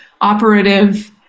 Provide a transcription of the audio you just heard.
operative